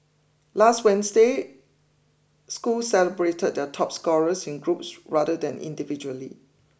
last Wednesday schools celebrated their top scorers in groups rather than individually